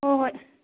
ꯍꯣꯏ ꯍꯣꯏ